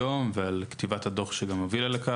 ואז האגודה מוצאת את עצמה מחוץ לבריכה.